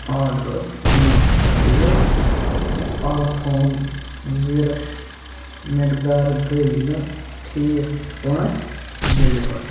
آرڈرَس منٛز ہٲیِتھ اَرتھون زِرِش مٮ۪قدار گٔیہِ نہٕ ٹھیٖک پٲٹھۍ ڈِلِوَر